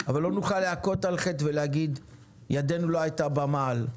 אבל לא נוכל להכות על חטא ולומר שידנו לא הייתה במעל.